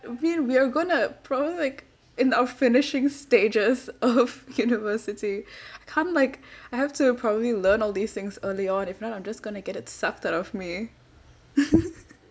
we we are going to probably like in our finishing stages of university come like I have to probably learn all these things early on if not I'm just going to get it stifled of me